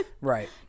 Right